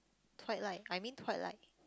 Twilight I mean Twilight